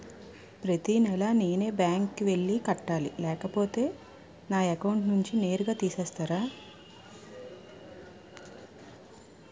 ప్రతి నెల నేనే బ్యాంక్ కి వెళ్లి కట్టాలి లేకపోతే నా అకౌంట్ నుంచి నేరుగా తీసేస్తర?